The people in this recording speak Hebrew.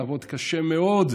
נעבוד קשה מאוד.